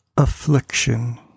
Affliction